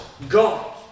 God